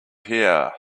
here